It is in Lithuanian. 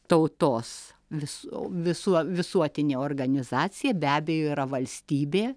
tautos vis visuo visuotinė organizacija be abejo yra valstybė